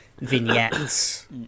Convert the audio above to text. vignettes